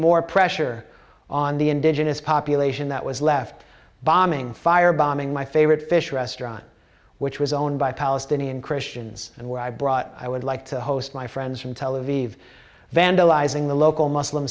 more pressure on the indigenous population that was left bombing firebombing my favorite fish restaurant which was owned by palestinian christians and where i brought i would like to host my friends from tel aviv vandalizing the local muslim